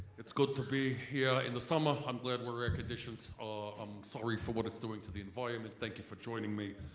it's good to be here in the summer. i'm glad we're air-conditioned ah i'm sorry for what it's doing to the environment. thank you for joining me.